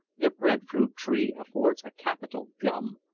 the bread-fruit tree affords a capital gum,